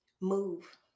Move